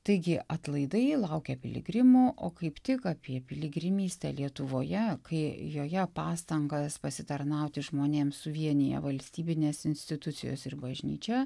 taigi atlaidai laukia piligrimų o kaip tik apie piligrimystę lietuvoje kai joje pastangas pasitarnauti žmonėms suvienija valstybinės institucijos ir bažnyčia